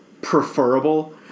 preferable